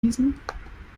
gießen